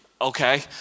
okay